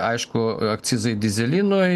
aišku akcizai dyzelinui